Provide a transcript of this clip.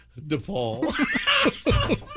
DePaul